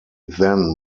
then